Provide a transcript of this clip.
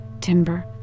timber